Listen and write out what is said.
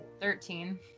Thirteen